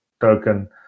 token